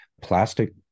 plastic